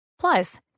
Plus